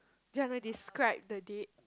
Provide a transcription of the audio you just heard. do you want to describe the date